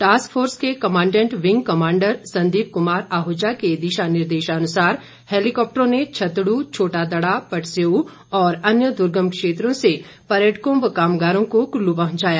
task force के commandant wing commander Sandeep Kumar Ahuja के दिशा निर्देशानुसार हैलीकॉप्टरों ने छतडू छोटा दड़ा पटसेउ और अन्य दुर्गम क्षेत्रों से पर्यटकों व कामगारों को कुल्लु पहुंचाया